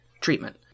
treatment